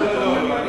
לא, לא, לא.